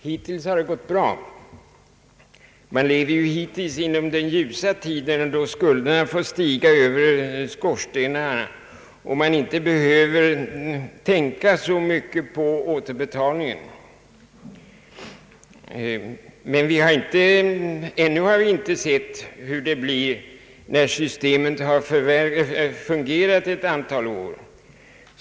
Hittills har det gått bra, med andra ord under den ljusa tid då skulderna har fått stiga över skorstenarna och man inte har behövt tänka så mycket på återbetalningen. Men ännu har vi inte sett hur det blir när systemet har fungerat ett antal år.